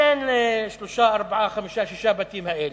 תן לשלושה, ארבעה, חמישה, שישה הבתים האלה.